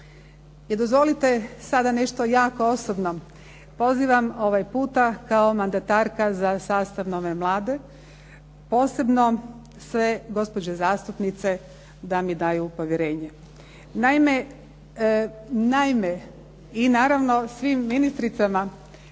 I dozvolite sada nešto jako osobno. Pozivam ovaj puta kao mandatarka za sastav nove Vlade posebno sve gospođe zastupnice da mi daju povjerenje. Naime, i naravno svim ministricama,